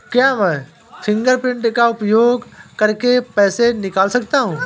क्या मैं फ़िंगरप्रिंट का उपयोग करके पैसे निकाल सकता हूँ?